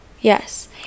Yes